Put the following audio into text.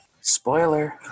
Spoiler